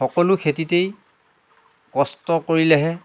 সকলো খেতিতেই কষ্ট কৰিলেহে